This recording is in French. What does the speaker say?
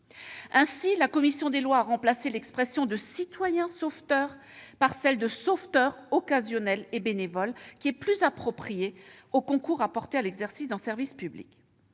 Ainsi, la commission des lois a remplacé l'expression de « citoyen sauveteur » par celle de « sauveteur occasionnel et bénévole » qui est plus appropriée au concours apporté à l'exercice d'un service public.